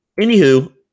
anywho